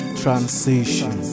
transition